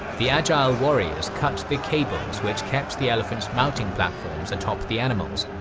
the agile warriors cut the cables which kept the elephants' mounting platforms atop the animals,